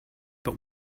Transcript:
but